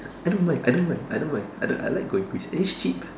I don't mind I don't mind I don't mind I don't I like going Greece and it's cheap